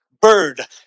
bird